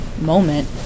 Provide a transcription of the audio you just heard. moment